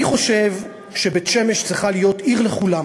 אני חושב שבית-שמש צריכה להיות עיר לכולם,